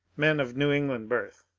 men of new england birth.